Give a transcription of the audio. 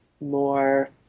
more